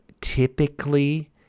typically